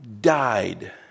died